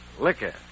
liquor